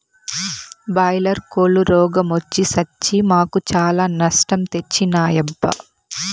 boiler కోల్లు రోగ మొచ్చి సచ్చి మాకు చాలా నష్టం తెచ్చినాయబ్బా